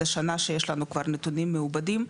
זה שנה שיש לנו כבר נתונים מעובדים,